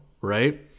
right